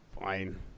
fine